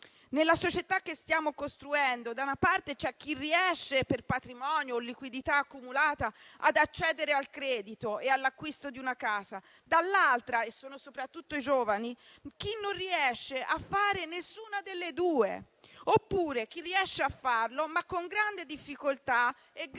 Nella società che stiamo costruendo, da una parte, c'è chi riesce, per patrimonio o liquidità accumulata, ad accedere al credito e all'acquisto di una casa, dall'altra, e sono soprattutto i giovani, chi non riesce a fare nessuna delle due, oppure chi riesce a farlo, ma con grande difficoltà e grazie al